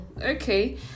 okay